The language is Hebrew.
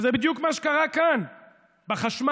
וזה בדיוק מה שקרה כאן, בחשמל,